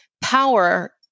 power